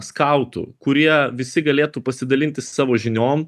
skautų kurie visi galėtų pasidalinti savo žiniom